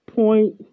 point